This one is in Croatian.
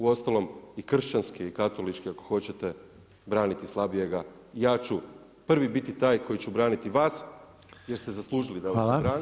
U ostalom i kršćanski i katolički ako hoćete braniti slabijega, ja ću prvi biti taj koji ću braniti vas jer ste zaslužili da vas se brani.